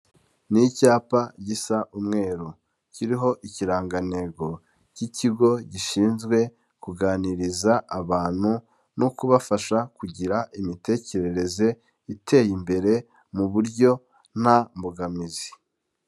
Ni icyapa gisa umweru, kiriho ikirangantego cy'ikigo gishinzwe kuganiriza abantu no kubafasha kugira imitekerereze iteye imbere mu buryo nta mbogamizi.